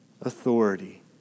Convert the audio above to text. authority